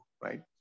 right